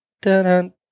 dun